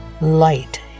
light